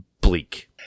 bleak